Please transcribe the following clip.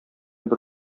бер